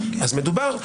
מדובר,